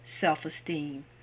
self-esteem